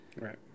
Right